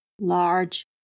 large